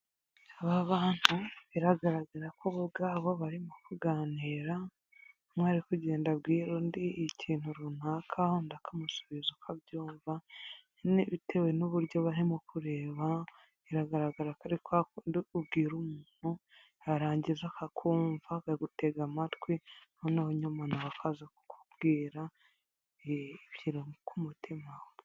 Aba bantu biragaragara ko bo ubwabo abo barimo kuganira, umwe arikugenda abwira undi ikintu runaka, undi akamusubiza uko abyumva. Nyine bitewe n'uburyo barimo kureba biragaragara ko ariko ari kwa kundi ubwira umuntu yarangiza akakumva, akagutega amatwi noneho nyuma na we akaza kukubwira ikiri ku mutima we.